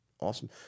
Awesome